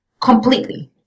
completely